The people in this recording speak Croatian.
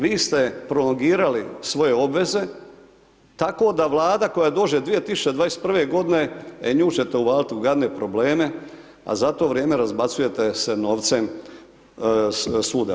Vi ste prolongirali svoje obveze, tako da vlada, koja dođe 2021. g. e nju ćete uvaliti u gadne probleme, a za to vrijeme se razbacujete se novcem suda.